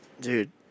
Dude